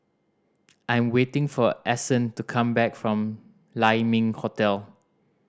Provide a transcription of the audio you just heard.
I am waiting for Ason to come back from Lai Ming Hotel